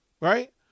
right